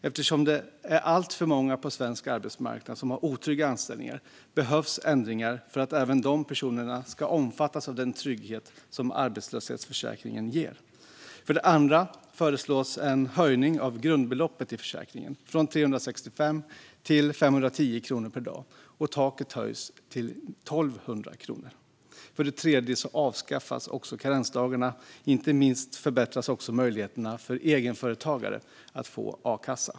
Eftersom det är alltför många på svensk arbetsmarknad som har otrygga anställningar behövs ändringar för att även de personerna ska omfattas av den trygghet som arbetslöshetsförsäkringen ger. För det andra föreslås en höjning av grundbeloppet i försäkringen, från 365 till 510 kronor per dag, och taket höjs till 1 200 kronor. För det tredje avskaffas karensdagarna, och inte minst förbättras möjligheterna för egenföretagare att få a-kassa.